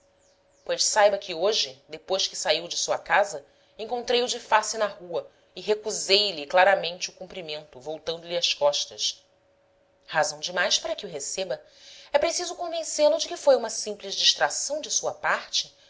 pois saiba que hoje depois que saiu de sua casa encontrei-o de face na rua e recusei lhe claramente o cumprimento voltando-lhe as costas razão demais para que o receba é preciso convencê-lo de que foi uma simples distração de sua parte